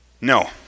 No